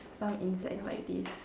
some insects like this